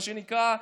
מה שנקרא,